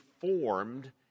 formed